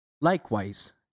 Likewise